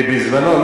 בזמנו.